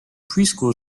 preschool